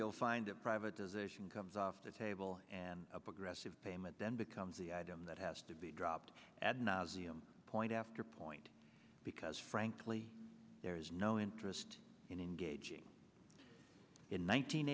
you'll find that privatization comes off the table and a progressive payment then becomes the item that has to be dropped ad nauseum point after point because frankly there is no interest in engaging in